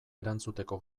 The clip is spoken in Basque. erantzuteko